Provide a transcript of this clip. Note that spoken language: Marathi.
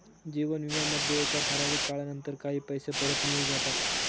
जीवन विमा मध्ये एका ठराविक काळानंतर काही पैसे परत मिळून जाता